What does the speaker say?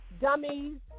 dummies